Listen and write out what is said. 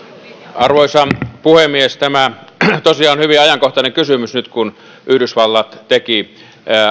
arvoisa puhemies tämä on tosiaan hyvin ajankohtainen kysymys nyt kun yhdysvallat teki